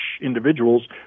individuals